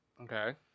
Okay